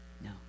No